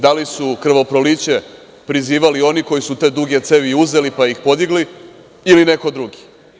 Da li su krvoproliće prizivali oni koji su te duge cevi uzeli pa ih podigli ili neko drugi?